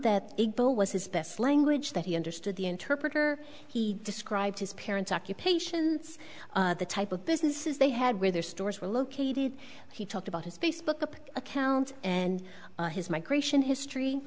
that was his best language that he understood the interpreter he described his parents occupations the type of business is they had where their stores were located he talked about his facebook account and his migration history